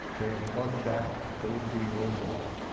they unplugged that little two-year-old boy,